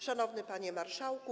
Szanowny Panie Marszałku!